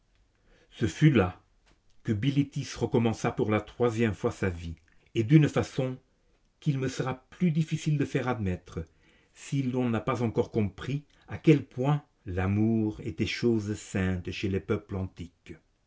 ce fut là que bilitis recommença pour la troisième fois sa vie et d'une façon qu'il me sera plus difficile de faire admettre si l'on na pas encore compris à quel point l'amour était chose sainte chez les peuples antiques